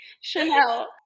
Chanel